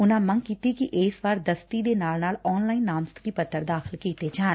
ਉਨਾਂ ਮੰਗ ਕੀਤੀ ਕਿ ਇਸ ਵਾਰ ਦਸਤੀ ਦੇ ਨਾਲ ਨਾਲ ਆਨਲਾਈਨ ਨਾਮਜ਼ਦਗੀ ਪੱਤਰ ਦਾਖ਼ਲ ਕੀਤੇ ਜਾਣ